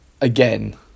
Again